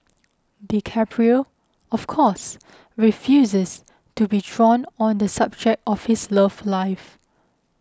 DiCaprio of course refuses to be drawn on the subject of his love life